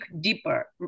deeper